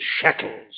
shackles